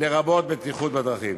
לרבות בטיחות בדרכים.